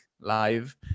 live